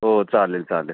हो चालेल चालेल